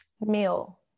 Meal